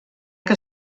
que